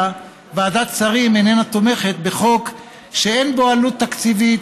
ועדת שרים איננה תומכת בחוק שאין בו עלות תקציבית,